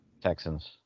texans